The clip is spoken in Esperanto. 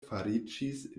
fariĝis